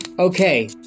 Okay